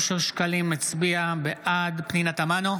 אושר שקלים, בעד עאידה תומא סלימאן,